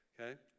okay